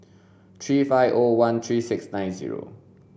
three five O one three six nine zero